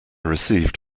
received